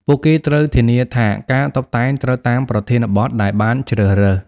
ពួកគេត្រូវធានាថាការតុបតែងត្រូវតាមប្រធានបទដែលបានជ្រើសរើស។